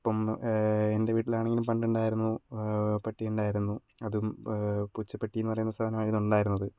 അപ്പം എൻ്റെ വീട്ടിലാണെങ്കിലും പണ്ട് ഉണ്ടായിരുന്നു പട്ടി ഉണ്ടായിരുന്നു അതും പൂച്ചപ്പട്ടിയെന്ന് പറയുന്ന സാധനം അതിൽ ഉണ്ടായിരുന്നത്